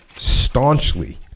staunchly